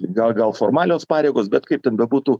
gal gal formalios pareigos bet kaip ten bebūtų